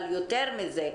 אבל יותר מזה,